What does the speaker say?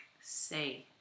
say